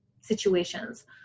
situations